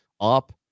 up